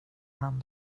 han